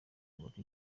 kubaka